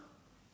hor